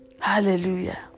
Hallelujah